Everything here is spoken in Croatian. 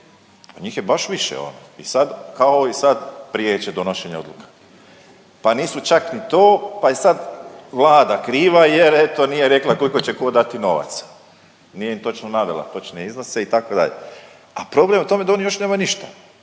njih je baš više. I sad kao i sad priječe donošenje odluka. Pa nisu čak ni to, pa je sad Vlada kriva jer eto nije rekla koliko će tko dati novaca, nije točno navela točne iznose itd. A problem je u tome da oni još nemaju ništa